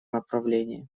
направлении